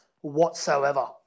whatsoever